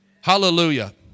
Hallelujah